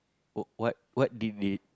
what what did they